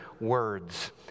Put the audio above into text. words